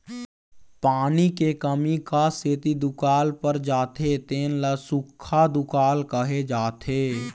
पानी के कमी क सेती दुकाल पर जाथे तेन ल सुक्खा दुकाल कहे जाथे